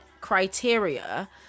criteria